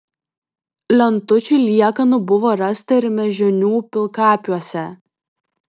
lentučių liekanų buvo rasta ir mėžionių pilkapiuose